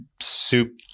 soup